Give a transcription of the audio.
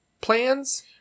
plans